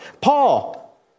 Paul